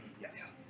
Yes